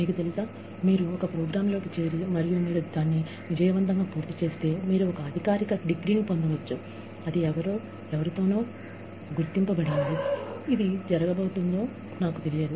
మీకు తెలుసా మీరు ఒక ప్రోగ్రామ్ లోకి చేరి మరియు మీరు దీన్ని విజయవంతంగా పూర్తి చేస్తే మీరు ఎవరో గుర్తించిన ఒక అధికారిక డిగ్రీని పొందవచ్చు అది జరగబోతుందో లేదో నాకు తెలియదు